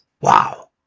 Wow